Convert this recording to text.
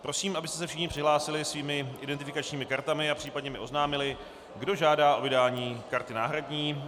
Prosím, abyste se všichni přihlásili svými identifikačními kartami a případně mi oznámili, kdo žádá o vydání karty náhradní.